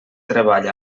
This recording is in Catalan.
treball